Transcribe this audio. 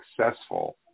successful